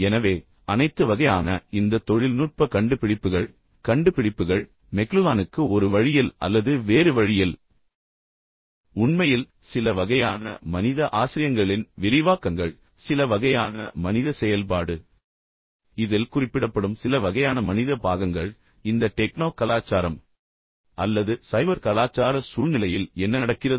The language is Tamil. எனவே அனைத்து வகையான இந்த தொழில்நுட்ப கண்டுபிடிப்புகள் கண்டுபிடிப்புகள் மெக்லுஹானுக்கு ஒரு வழியில் அல்லது வேறு வழியில் உண்மையில் சில வகையான மனித ஆசிரியங்களின் விரிவாக்கங்கள் சில வகையான மனித செயல்பாடு இதில் குறிப்பிடப்படும் சில வகையான மனித பாகங்கள் ஆனால் இந்த டெக்னோ கலாச்சாரம் அல்லது சைபர் கலாச்சார சூழ்நிலையில் என்ன நடக்கிறது